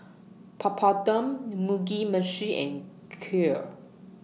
Papadum Mugi Meshi and Kheer